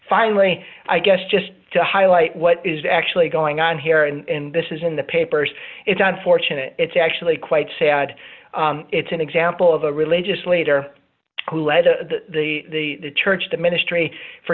finally i guess just to highlight what is actually going on here and this is in the papers it's unfortunate it's actually quite sad it's an example of a religious leader who led to the church to ministry for